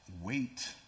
Wait